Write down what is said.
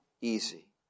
easy